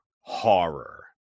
Horror